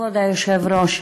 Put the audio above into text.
כבוד היושב-ראש,